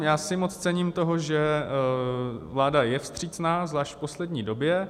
Moc si cením toho, že vláda je vstřícná, zvlášť v poslední době.